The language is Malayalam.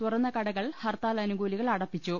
തുറന്ന കടകൾ ഹർത്താൽ അനുകൂലികൾ അടപ്പിച്ചു